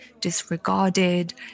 disregarded